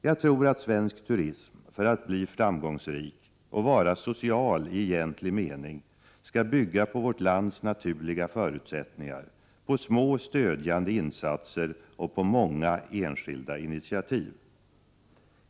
Jag tror att svensk turism, för att bli framgångsrik och vara social i egentlig mening, skall bygga på vårt lands naturliga förutsättningar, på små stödjande insatser och på många enskilda initiativ.